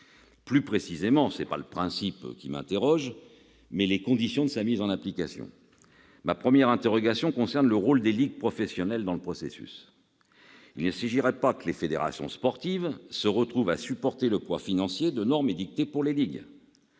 En réalité, ce n'est pas le principe qui me pose problème, mais les conditions de sa mise en application. Ma première interrogation concerne le rôle des ligues professionnelles dans le processus. Il ne s'agirait pas que les fédérations sportives se retrouvent à supporter le poids financier de normes édictées pour les ligues.